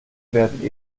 werden